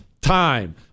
time